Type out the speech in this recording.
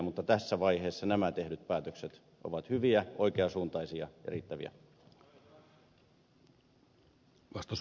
mutta tässä vaiheessa nämä tehdyt päätökset ovat hyviä oikean suuntaisia ja riittäviä